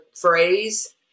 phrase